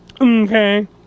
okay